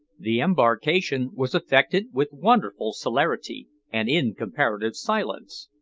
the embarkation was effected with wonderful celerity, and in comparative silence.